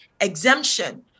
exemption